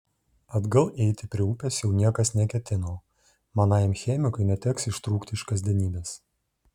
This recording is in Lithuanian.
atgal eiti prie upės jau niekas neketino manajam chemikui neteks ištrūkti iš kasdienybės